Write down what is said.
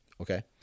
okay